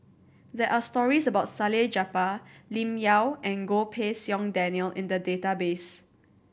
there are stories about Salleh Japar Lim Yau and Goh Pei Siong Daniel in the database